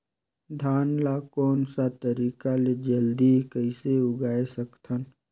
धान ला कोन सा तरीका ले जल्दी कइसे उगाय सकथन?